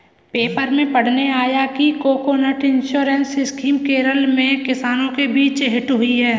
paper में पढ़ने आया कि कोकोनट इंश्योरेंस स्कीम केरल में किसानों के बीच हिट हुई है